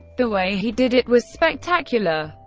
the way he did it was spectacular.